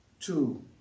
Two